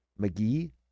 McGee